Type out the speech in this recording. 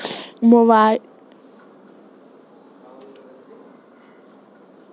Online पैसे transfer करने के लिए मोबाइल नंबर कैसे रजिस्टर करें?